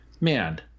man